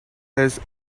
his